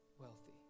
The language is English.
wealthy